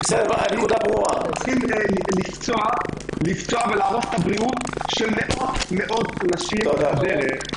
צריכים לפצוע ולהרוס את הבריאות של מאות נשים בדרך?